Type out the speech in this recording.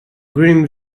grim